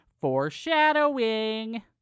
Foreshadowing